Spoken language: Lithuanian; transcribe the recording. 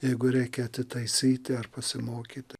jeigu reikia atitaisyti ar pasimokyt